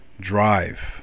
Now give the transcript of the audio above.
drive